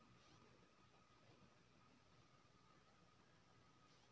हमरा पैसा एन.ई.एफ.टी करे के है केना करू?